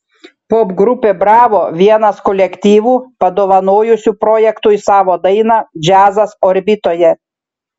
popgrupė bravo vienas kolektyvų padovanojusių projektui savo dainą džiazas orbitoje